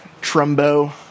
Trumbo